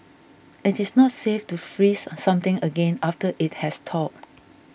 it is not safe to freeze something again after it has thawed